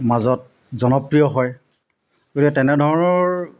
মাজত জনপ্ৰিয় হয় গতিকে তেনেধৰণৰ